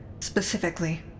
specifically